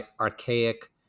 archaic